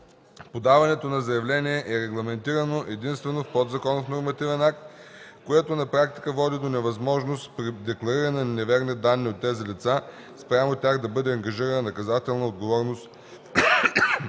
Подаването на заявлението е регламентирано единствено в подзаконов нормативен акт, което на практика води до невъзможност при деклариране на неверни данни от тези лица спрямо тях да бъде ангажирана наказателна отговорност по